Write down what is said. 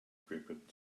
equipment